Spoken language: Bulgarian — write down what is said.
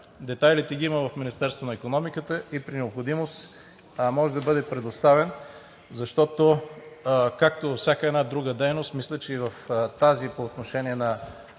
детайлите ги има в Министерството на икономиката и при необходимост може да бъде предоставен. Защото както е във всяка една друга дейност, мисля, че и в тази – по отношение на